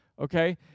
Okay